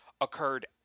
occurred